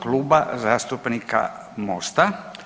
Kluba zastupnika Mosta.